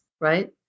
right